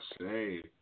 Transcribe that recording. say